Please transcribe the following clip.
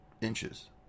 inches